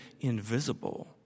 invisible